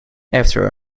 after